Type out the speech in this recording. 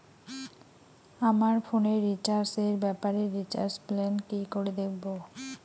আমার ফোনে রিচার্জ এর ব্যাপারে রিচার্জ প্ল্যান কি করে দেখবো?